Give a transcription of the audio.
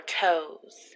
toes